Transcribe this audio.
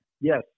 Yes